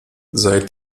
seit